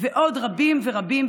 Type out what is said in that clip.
ועוד רבות רבות.